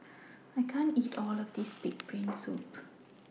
I can't eat All of This Pig'S Brain Soup